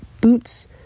boots